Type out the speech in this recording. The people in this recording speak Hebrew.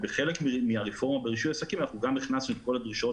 בחלק מהרפורמה ברישוי עסקים גם הכנסנו את כל הדרישות